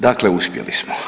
Dakle, uspjeli smo.